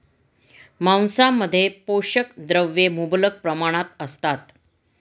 मांसामध्ये पोषक द्रव्ये मुबलक प्रमाणात असतात